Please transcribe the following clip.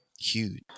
Huge